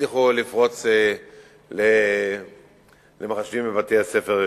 הצליחו לפרוץ למחשבים בבתי-ספר שונים.